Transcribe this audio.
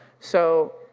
so,